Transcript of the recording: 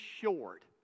short